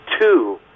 two